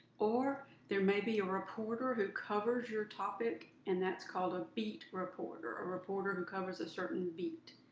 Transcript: or there may be a reporter who covers your topic and that's called a beat reporter, a reporter who covers a certain beat.